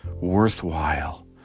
worthwhile